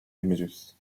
images